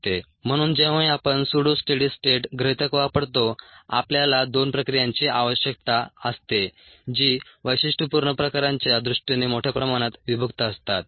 म्हणून जेव्हाही आपण सुडो स्टेडी स्टेट गृहितक वापरतो आपल्याला दोन प्रक्रियांची आवश्यकता असते जी वैशिष्ट्यपूर्ण प्रकारांच्या दृष्टीने मोठ्या प्रमाणात विभक्त असतात